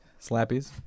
Slappies